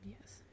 Yes